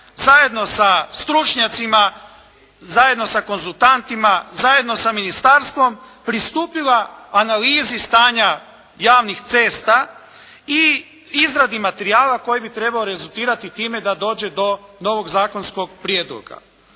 zajedno sa stručnjacima, zajedno sa konzultantima, zajedno sa ministarstvom pristupila analizi stanja javnih cesta i izradi materijala koji bi trebao rezultirati time da dođe do novog zakonskog prijedloga.